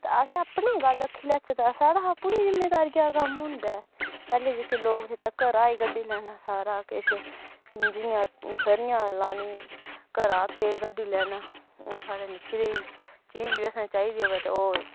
ते असें अपनी गल्ल आखी लैचै ते साढ़े हा कु'न जिमींदारिया दा कम्म होंदा ऐ पैह्ले जेह्के लोग हे ते घरा कड्डी लैना सारा किश जियां सरे'आं लानियां घरा तेल कड्डी लैना हून साढ़ै निक्की जेही चीज़ असेंगी चाहिदा होऐ ते ओह्